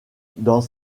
dans